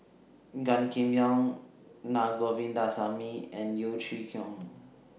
Gan Kim Yong Naa Govindasamy and Yeo Chee Kiong